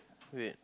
wait